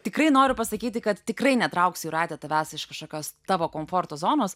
tikrai noriu pasakyti kad tikrai netrauksiu jūrate tavęs iš kažkokios tavo komforto zonos